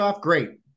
great